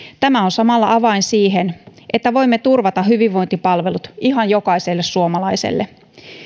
tämä on samalla avain siihen että voimme turvata hyvinvointipalvelut ihan jokaiselle suomalaiselle